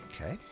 Okay